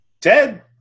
Ted